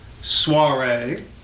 soiree